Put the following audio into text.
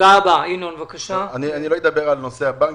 אני לא אדבר על נושא הבנקים,